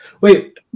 Wait